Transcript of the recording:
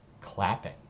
clapping